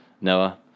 Noah